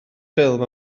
ffilm